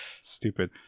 Stupid